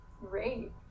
great